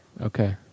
Okay